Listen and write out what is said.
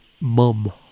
mum